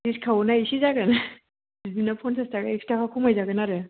डिस्काउन्टआ एसे जागोन बिदिनो पंसास थाखा एकस' थाखा खमाय जागोन आरो